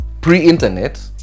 pre-internet